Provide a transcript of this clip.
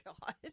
God